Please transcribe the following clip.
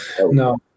No